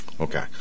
Okay